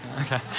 Okay